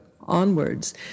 onwards